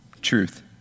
Truth